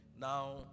Now